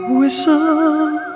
Whistle